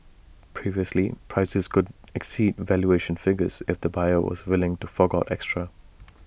previously prices could exceed valuation figures if the buyer was willing to fork out extra